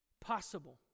possible